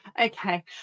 Okay